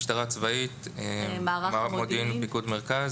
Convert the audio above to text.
משטרה צבאית, מערך המודיעין ופיקוד מרכז.